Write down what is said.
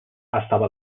estava